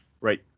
Right